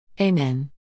Amen